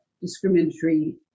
discriminatory